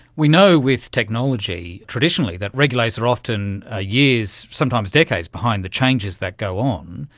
we know with technology traditionally that regulators are often ah years, sometimes decades behind the changes that go on.